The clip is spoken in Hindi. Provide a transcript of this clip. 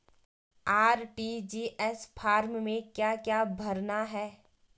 आर.टी.जी.एस फार्म में क्या क्या भरना है?